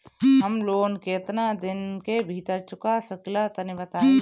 हम लोन केतना दिन के भीतर चुका सकिला तनि बताईं?